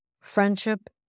Friendship